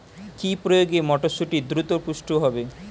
কি প্রয়োগে মটরসুটি দ্রুত পুষ্ট হবে?